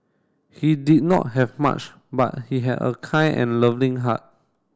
he did not have much but he had a kind and loving heart